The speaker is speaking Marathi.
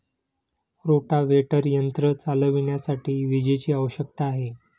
रोटाव्हेटर यंत्र चालविण्यासाठी विजेची आवश्यकता आहे